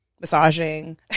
massaging